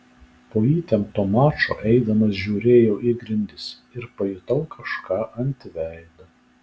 po įtempto mačo eidamas žiūrėjau į grindis ir pajutau kažką ant veido